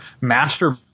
master